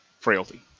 Frailty